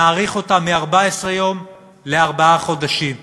נאריך מ-14 יום לארבעה חודשים.